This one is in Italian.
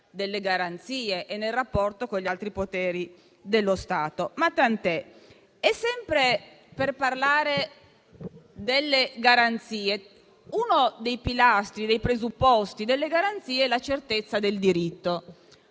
delle garanzie e nel rapporto con gli altri poteri dello Stato, ma tant'è. E sempre per parlare delle garanzie, uno dei pilastri e dei presupposti delle garanzie è la certezza del diritto.